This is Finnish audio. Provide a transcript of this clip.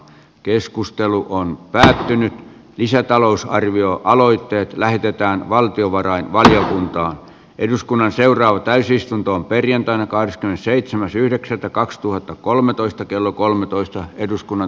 keskustelu on päätynyt lisätalousarvio aloitteet lähetetään valtiovarainvaliokunta eduskunnan seuraava täysistuntoon perjantaina kahdeskymmenesseitsemäs yhdeksättä kaksituhattakolmetoista kello kolmetoista olisi